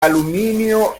aluminio